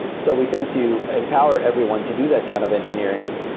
so we tend to empower everyone to do that kind of engineering,